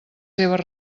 seves